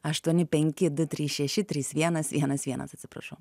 aštuoni penki du trys šeši trys vienas vienas vienas atsiprašau